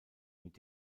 mit